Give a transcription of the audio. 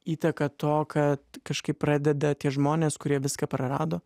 įtaka to kad kažkaip pradeda tie žmonės kurie viską prarado